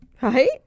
right